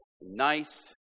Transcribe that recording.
nice